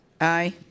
Aye